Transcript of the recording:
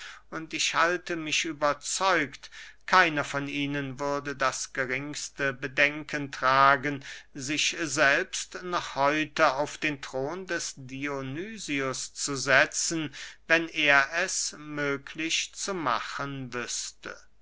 und ich halte mich überzeugt keiner von ihnen würde das geringste bedenken tragen sich selbst noch heute auf den thron des dionysius zu setzen wenn er es möglich zu machen wüßte